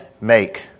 make